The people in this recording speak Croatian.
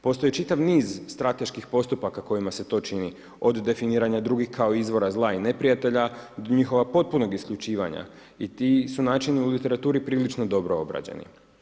Postoji čitav niz strateških postupaka kojima se to čini, od definiranja drugih kao izvora zla i neprijatelja, do njihova potpunog isključivanja i ti su načini u literaturi prilično dobro obrađeni.